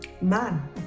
man